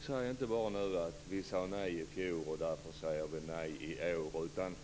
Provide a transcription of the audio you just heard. Säg nu inte bara att ni sade nej i fjol och därför säger nej i år!